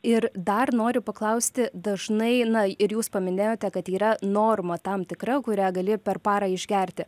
ir dar noriu paklausti dažnai na ir jūs paminėjote kad yra norma tam tikra kurią gali per parą išgerti